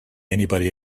anybody